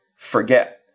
Forget